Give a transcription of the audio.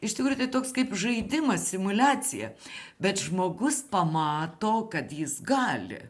iš tikrųjų tai toks kaip žaidimas simuliacija bet žmogus pamato kad jis gali